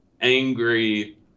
angry